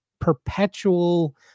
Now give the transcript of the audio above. perpetual